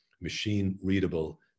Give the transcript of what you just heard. machine-readable